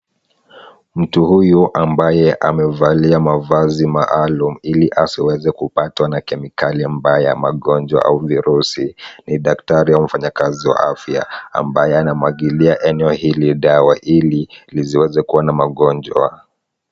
Mtu huyu ambaye amevalia mavazi maalum ili asiweze kupatwa na kemikali mbaya ya magonjwa au virusi, ni daktari au wafanyikazi wa afya ambaye anamwangalia eneo hili dawa ili lisiweze kuwa na magonjwa.